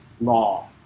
law